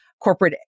Corporate